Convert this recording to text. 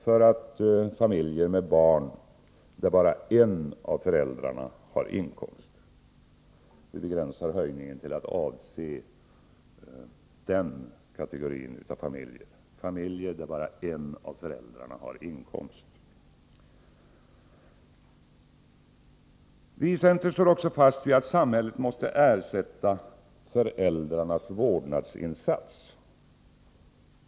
för familjer med barn där bara en av föräldrarna har inkomst — vi begränsar höjningen till att avse den kategorien av familjer. Vi i centern står också fast vid att samhället måste ersätta föräldrarnas vårdnadsinsats.